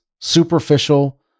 superficial